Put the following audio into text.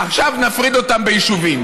עכשיו נפריד אותם ביישובים.